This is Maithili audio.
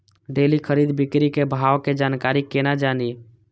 डेली खरीद बिक्री के भाव के जानकारी केना जानी?